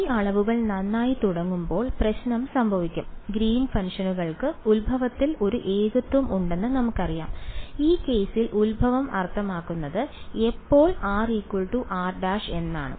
ഈ അളവുകൾ നന്നായി തുടങ്ങുമ്പോൾ പ്രശ്നം സംഭവിക്കും ഗ്രീൻസ് ഫംഗ്ഷനുകൾക്ക് ഉത്ഭവത്തിൽ ഒരു ഏകത്വം ഉണ്ടെന്ന് നമുക്കറിയാം ഈ കേസിൽ ഉത്ഭവം അർത്ഥമാക്കുന്നത് എപ്പോൾ r r′ എന്നാണ്